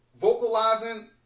Vocalizing